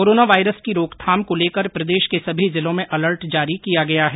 corona virus की रोकथाम को लेकर प्रदेश के सभी जिलों में अलर्ट जारी किया गया है